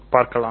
பார்க்கலாம்